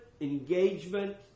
engagement